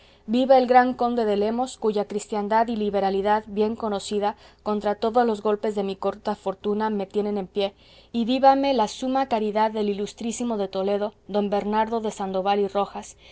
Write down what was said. viva el gran conde de lemos cuya cristiandad y liberalidad bien conocida contra todos los golpes de mi corta fortuna me tiene en pie y vívame la suma caridad del ilustrísimo de toledo don bernardo de sandoval y rojas